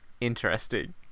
interesting